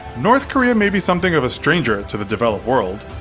north korea may be something of a stranger to the developed world,